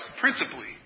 principally